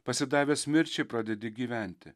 pasidavęs mirčiai pradedi gyventi